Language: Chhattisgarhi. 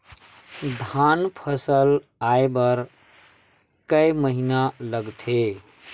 धान फसल आय बर कय महिना लगथे?